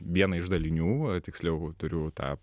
vieną iš dalinių tiksliau turiu tą